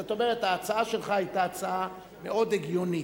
זאת אומרת, ההצעה שלך היתה הצעה מאוד הגיונית.